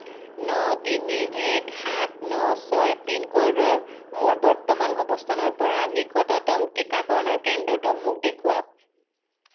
ন তিনি এক সাত ন ছয় পিনক'ডৰ মোৰ বৰ্তমান অৱস্থানৰ পৰা নিকটতম টিকাকৰণৰ কেন্দ্ৰটো মোক দেখুৱাওক